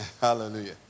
Hallelujah